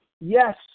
yes